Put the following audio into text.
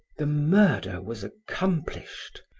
the murder was accomplished.